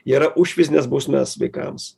yra už fizines bausmes vaikams